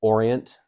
Orient